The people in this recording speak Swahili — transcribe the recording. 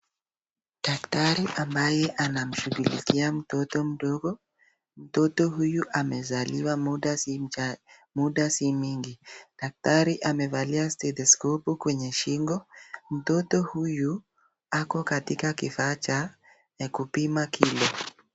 Daktari ambaye anamshughulikia mtoto mdogo. Mtoto huyu amezaliwa muda si mingi. Daktari amevalia stethoskopu kwenye shingo. Mtoto huyu ako katika kifaa cha kupima kilo.